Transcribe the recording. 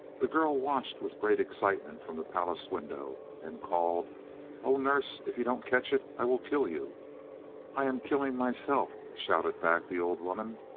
the girl watched with great excitement from the palace window, and called o nurse, if you don't catch it, i will kill you i am killing myself shouted back the old woman.